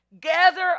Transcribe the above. gather